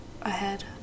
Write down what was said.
ahead